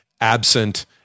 absent